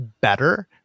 better